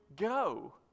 go